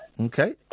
Okay